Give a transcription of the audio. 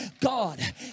God